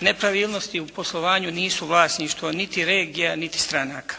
nepravilnosti u poslovanju nisu vlasništvo niti regija niti stranaka.